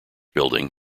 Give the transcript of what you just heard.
building